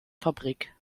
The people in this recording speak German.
fabrik